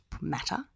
matter